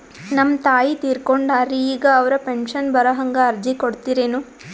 ನಮ್ ತಾಯಿ ತೀರಕೊಂಡಾರ್ರಿ ಈಗ ಅವ್ರ ಪೆಂಶನ್ ಬರಹಂಗ ಅರ್ಜಿ ಕೊಡತೀರೆನು?